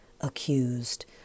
accused